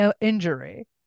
injury